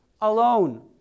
alone